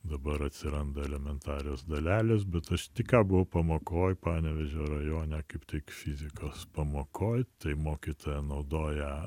dabar atsiranda elementarios dalelės bet aš tik ką buvau pamokoj panevėžio rajone kaip tik fizikos pamokoj tai mokytoja naudoja